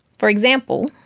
for example,